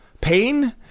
pain